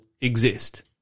exist